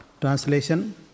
Translation